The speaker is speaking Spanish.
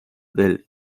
del